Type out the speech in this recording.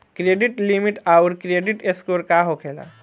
Credit limit आउर credit score का होखेला?